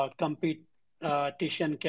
competition